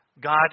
God